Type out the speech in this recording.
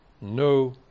No